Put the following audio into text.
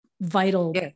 vital